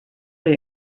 they